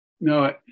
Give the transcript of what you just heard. No